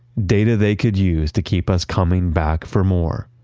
data they could use to keep us coming back for more.